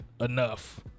enough